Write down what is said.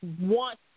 want